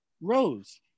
Rose